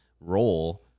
role